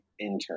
intern